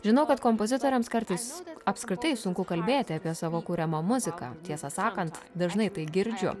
žinau kad kompozitoriams kartais apskritai sunku kalbėti apie savo kuriamą muziką tiesą sakant dažnai tai girdžiu